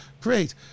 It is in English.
great